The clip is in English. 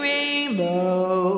Rainbow